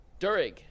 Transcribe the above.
Durig